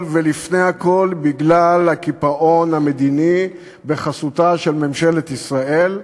ולפני הכול בגלל הקיפאון המדיני בחסותה של ממשלת ישראל,